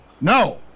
No